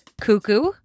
cuckoo